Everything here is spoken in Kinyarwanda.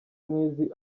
nk’izi